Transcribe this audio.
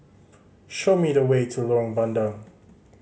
show me the way to Lorong Bandang